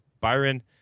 Byron